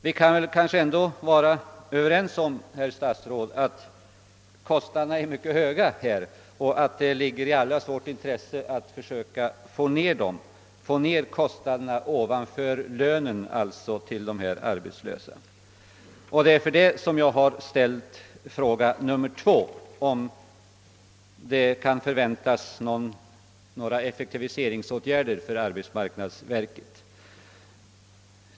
Vi kan kanske ändå vara överens om, herr statsråd, att kostnaderna är mycket höga och att det ligger i allas vårt intresse att sänka de kostnader som ligger ovanför lönen för dessa arbetslösa. Det är av dén anledningen som jag har ställt frågan nr 2 om huruvida det kan förväntas några effektiviseringsåtgärder för: arbetsmarknadsverket.